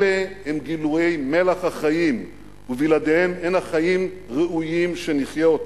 אלה הם גילויי מלח החיים ובלעדיהם אין החיים ראויים שנחיה אותם.